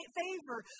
favor